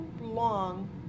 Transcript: long